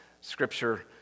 Scripture